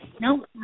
No